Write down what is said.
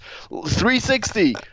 360